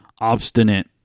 obstinate